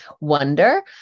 wonder